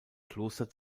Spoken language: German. kloster